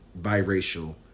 biracial